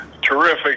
terrific